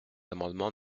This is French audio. amendement